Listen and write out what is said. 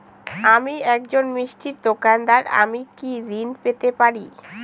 আমি একজন মিষ্টির দোকাদার আমি কি ঋণ পেতে পারি?